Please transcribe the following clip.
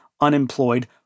unemployed